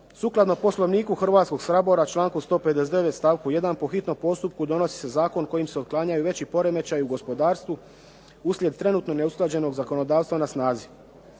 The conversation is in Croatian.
Sukladno Poslovniku Hrvatskoga sabora članku 159. stavku 1. po hitnom postupku donosi se zakon kojim se otklanjaju veći poremećaji u gospodarstvu uslijed trenutno neusklađenog zakonodavstva na snazi.